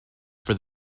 for